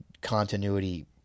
continuity